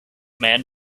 man